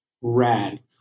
Rad